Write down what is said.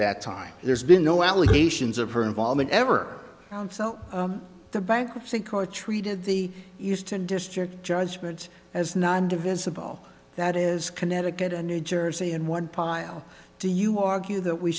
that time there's been no allegations of her involvement ever sell the bankruptcy court treated the east and district judgments as not divisible that is connecticut and new jersey in one pile do you argue that we